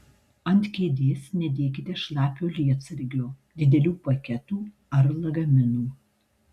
ant kėdės nedėkite šlapio lietsargio didelių paketų ar lagaminų